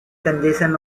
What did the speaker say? congestion